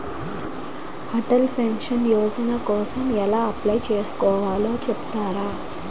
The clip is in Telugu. అటల్ పెన్షన్ యోజన కోసం ఎలా అప్లయ్ చేసుకోవాలో చెపుతారా?